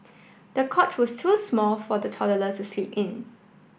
the cot was too small for the toddlers to sleep in